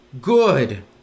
good